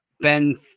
Ben